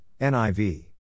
NIV